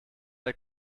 der